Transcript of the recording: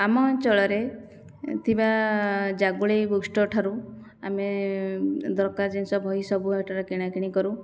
ଆମ ଅଞ୍ଚଳରେ ଥିବା ଜାଗୁଳେଇ ବୁକ୍ଷ୍ଟୋର୍ଠାରୁ ଆମେ ଦରକାର ଜିନିଷ ବହି ସବୁ ଏଠାରେ କିଣାକିଣି କରୁ